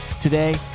Today